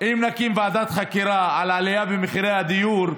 אם נקים ועדת חקירה על העלייה במחירי הדיור,